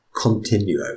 Continuo